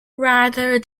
rather